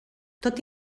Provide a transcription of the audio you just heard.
tot